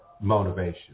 motivation